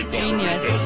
genius